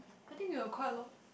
I think they were quite long